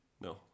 no